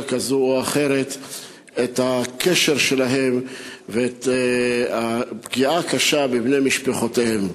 כזו או אחרת את הקשר שלהם ואת הפגיעה הקשה בבני משפחותיהם.